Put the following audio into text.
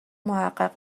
محقق